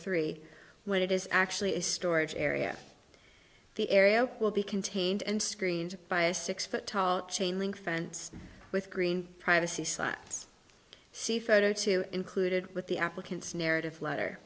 three when it is actually a storage area the area will be contained and screened by a six foot tall chain link fence with green privacy science see photo two included with the applicant's narrative letter